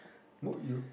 would you